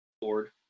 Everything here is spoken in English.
board